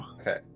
Okay